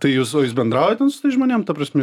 tai jūs su jais bendraujatės tais žmonėm ta prasme